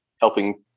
helping